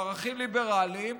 עם ערכים ליברליים,